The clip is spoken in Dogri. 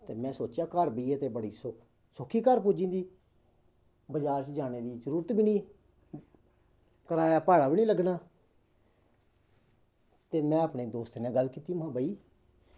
ते में सोचेआ घर बेहियै ते सौक्खी घर पुज्जी जंदी बजार च जाने दी जरूरत बी निं कराया भाड़ा बी निं लग्गना ते में अपने दोस्तें ने गल्ल कीती भाई